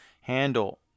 handle